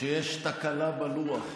שיש תקלה בלוח.